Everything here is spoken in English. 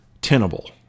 tenable